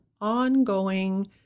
ongoing